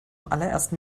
allerersten